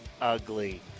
ugly